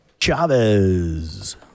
Chavez